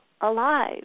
alive